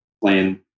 playing